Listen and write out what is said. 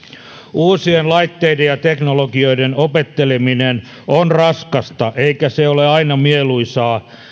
uusien laitteiden ja teknologioiden opetteleminen on raskasta eikä se ole aina mieluisaa